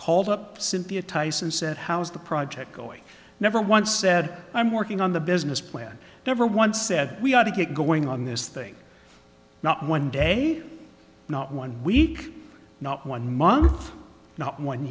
called up cynthia tyson said how's the project going never once said i'm working on the business plan never once said we ought to get going on this thing not one day not one week not one month not one